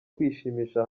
kwishimisha